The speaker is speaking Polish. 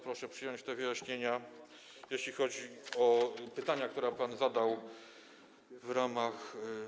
Proszę przyjąć te wyjaśnienia, jeśli chodzi o pytania, które zadał pan w ramach.